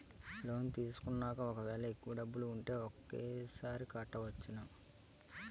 Loan తీసుకున్నాక ఒకవేళ ఎక్కువ డబ్బులు ఉంటే ఒకేసారి కట్టవచ్చున?